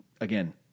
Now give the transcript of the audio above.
again